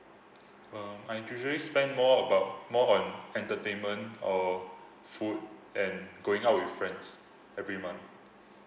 um I usually spend more about more on entertainment or food and going out with friends every month